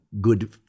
good